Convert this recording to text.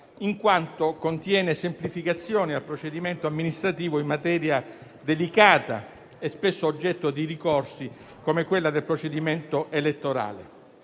in quanto contiene semplificazioni al procedimento amministrativo in materia delicata e spesso oggetto di ricorsi, come quella del procedimento elettorale.